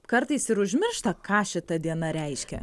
kartais ir užmiršta ką šita diena reiškia